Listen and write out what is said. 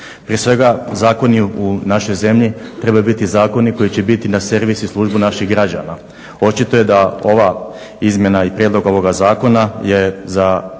Prije svega zakoni u našoj zemlji trebaju biti zakoni koji će biti na servis i službu naših građana. Očito je da ova izmjena i prijedlog ovoga zakona je za službu